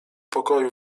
pokoju